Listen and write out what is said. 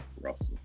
Russell